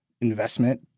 investment